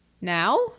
Now